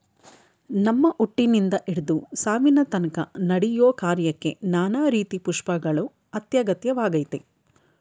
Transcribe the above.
ನಮ್ಮ ಹುಟ್ಟಿನಿಂದ ಹಿಡ್ದು ಸಾವಿನತನ್ಕ ನಡೆಯೋ ಕಾರ್ಯಕ್ಕೆ ನಾನಾ ರೀತಿ ಪುಷ್ಪಗಳು ಅತ್ಯಗತ್ಯವಾಗಯ್ತೆ